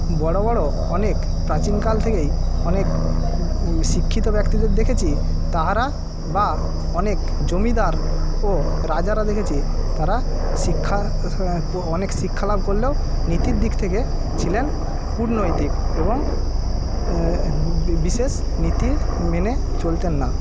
বড়ো বড়ো অনেক প্রাচীনকাল থেকেই অনেক শিক্ষিত ব্যক্তিদের দেখেছি তাহারা বা অনেক জমিদার ও রাজারা দেখেছি তারা শিক্ষার অনেক শিক্ষালাভ করলেও নীতির দিক থেকে ছিলেন কূটনৈতিক এবং বিশেষ নীতি মেনে চলতেন না